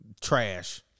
Trash